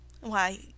Why